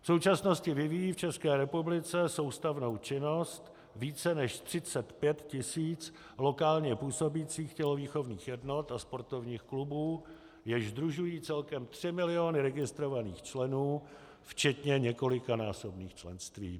V současnosti vyvíjí v České republice soustavnou činnost více než 35 tisíc lokálně působících tělovýchovných jednot a sportovních klubů, jež sdružují celkem 3 miliony registrovaných členů včetně několikanásobných členství.